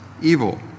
evil